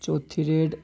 चौथी डेट